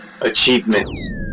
achievements